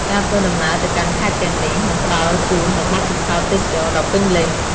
ការធ្វើដំណើរទៅកាន់ខេត្តទាំងនេះនឹងផ្តល់ជូននូវបទពិសោធន៍ទេសចរណ៍ដ៏ពេញលេញ។